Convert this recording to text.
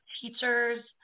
teachers